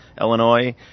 Illinois